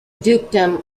dukedom